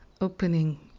opening